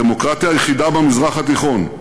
הדמוקרטיה היחידה במזרח התיכון,